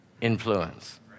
Influence